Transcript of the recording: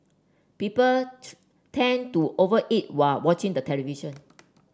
people tend to over eat while watching the television